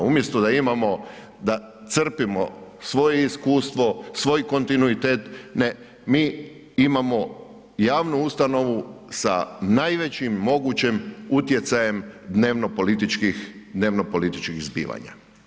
Umjesto da imamo, da crpimo svoje iskustvo, svoj kontinuitet, ne, mi imamo javnu ustanovu sa najvećim mogućim utjecajem dnevno-političkih zbivanja.